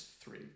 three